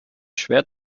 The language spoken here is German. schwer